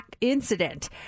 incident